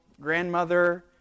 grandmother